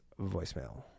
voicemail